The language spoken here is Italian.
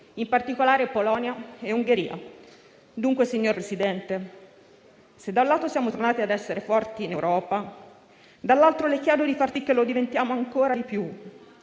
in particolare Polonia e Ungheria. Dunque, signor Presidente, se da un lato siamo tornati a essere forti in Europa, dall'altro le chiedo di far sì che lo diventiamo ancora di più,